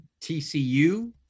TCU